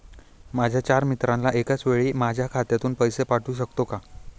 माझ्या चार मित्रांना एकाचवेळी माझ्या खात्यातून पैसे पाठवू शकतो का?